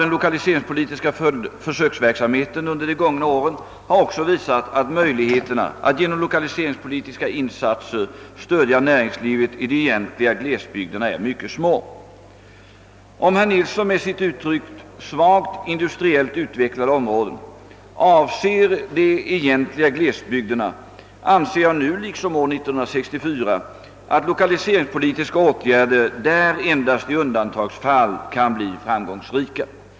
den 1okaliseringspolitiska försöksverksamheten under de gångna åren har också visat att möjligheterna att genom lokaliseringspolitiska insatser stödja näringslivet i de egentliga glesbygderna är mycket små. Om herr Nilsson med sitt uttryck »svagt industriellt utvecklade områden» avser de egentliga glesbygderna anser jag nu liksom år 1964 att lokaliseringspolitiska åtgärder där endast i undantagsfall kan bli framgångsrika.